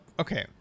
Okay